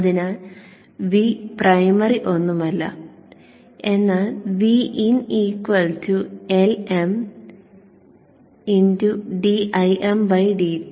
അതിനാൽ V primary ഒന്നുമല്ല എന്നാൽ Vin Lm dimdt